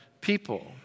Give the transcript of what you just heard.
people